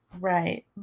Right